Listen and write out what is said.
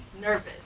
nervous